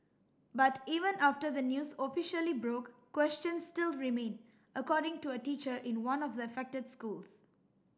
but even after the news officially broke questions still remain according to a teacher in one of the affected schools